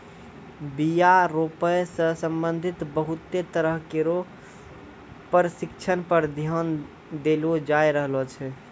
बीया रोपै सें संबंधित बहुते तरह केरो परशिक्षण पर ध्यान देलो जाय रहलो छै